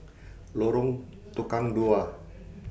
Lorong Tukang Dua